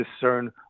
discern